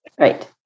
Right